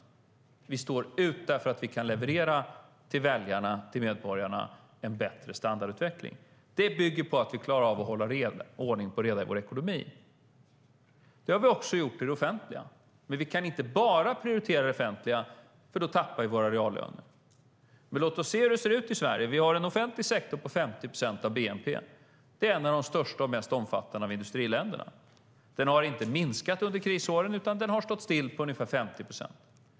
Vår linje står ut därför att vi kan leverera en bättre standardutveckling till väljarna och till medborgarna. Det bygger på att vi klarar av att hålla ordning och reda i vår ekonomi. Det har vi också gjort i det offentliga. Men vi kan inte bara prioritera det offentliga, för då tappar vi våra reallöner. Låt oss se hur det ser ut i Sverige. Vi har en offentlig sektor på 50 procent av bnp. Det är en av de största och mest omfattande bland industriländerna. Den har inte minskat under krisåren, utan den har stått still på ungefär 50 procent.